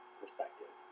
perspective